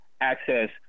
access